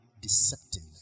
deceptive